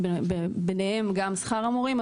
ביניהם גם שכר המורים,